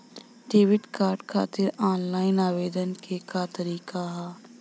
Debit card खातिर online आवेदन के का तरीकि ह?